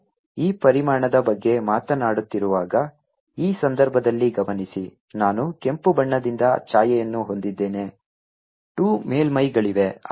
ನಾನು ಈ ಪರಿಮಾಣದ ಬಗ್ಗೆ ಮಾತನಾಡುತ್ತಿರುವಾಗ ಈ ಸಂದರ್ಭದಲ್ಲಿ ಗಮನಿಸಿ ನಾನು ಕೆಂಪು ಬಣ್ಣದಿಂದ ಛಾಯೆಯನ್ನು ಹೊಂದಿದ್ದೇನೆ 2 ಮೇಲ್ಮೈಗಳಿವೆ